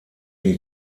die